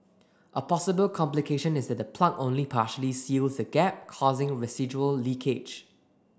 a possible complication is that the plug only partially seals the gap causing residual leakage